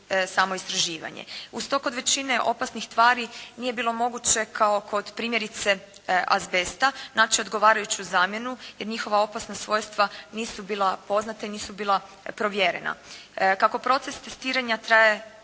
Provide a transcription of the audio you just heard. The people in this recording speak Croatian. Uz to kod većine opasnih tvari nije bilo moguće kao kod primjerice azbesta naći odgovarajuću zamjenu, jer njihova opasna svojstva nisu bila poznata i nisu bila provjerena. Kako proces testiranja traje